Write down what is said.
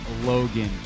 Logan